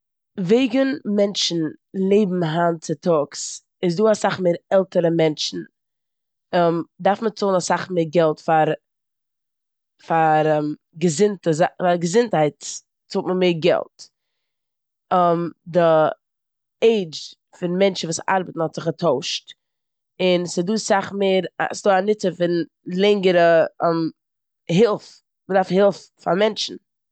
וועגן מענטשן לעבן היינט צוטאגס איז דא אסאך עלטערע מענטשן, דארף מען צאלן אסאך מער געלט פאר- פאר געזונטע זא- געזונטהייט, צאלט מען מער געלט. די עידש פון מענטשן וואס ארבעטן האט זיך געטוישט און ס'דא סאך מער- און ס'דא א נוצן פון לענגערע הילף, מ'דארף הילף פאר מענטשן.